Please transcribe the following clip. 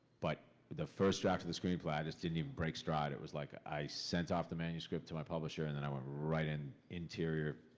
but the first draft of the screenplay, i just didn't even break stride. it was like i sent off the manuscript to my publisher and then i went right in, interior,